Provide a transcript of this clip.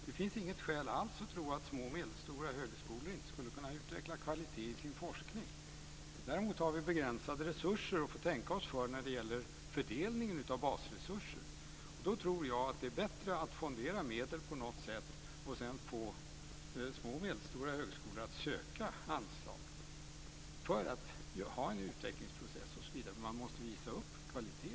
Det finns inget skäl alls att tro att små och medelstora högskolor inte skulle kunna utveckla kvalitet i sin forskning. Däremot har vi begränsade resurser, och får tänka oss för när det gäller fördelningen av basresurser. Då tror jag att det är bättre att fondera medel på något sätt och sedan få små och medelstora högskolor att söka anslag för att ha en utvecklingsprocess osv. Men man måste naturligtvis visa upp kvalitet.